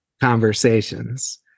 conversations